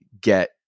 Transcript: get